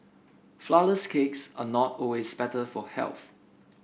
flourless cakes are not always better for health